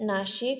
Nashik